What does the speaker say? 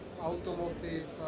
automotive